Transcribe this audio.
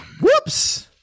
Whoops